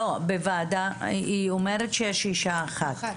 --- היא אומרת שיש אישה אחת.